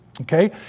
okay